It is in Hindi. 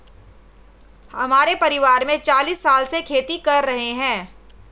हमारे परिवार में चालीस साल से खेती कर रहे हैं